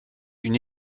une